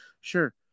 sure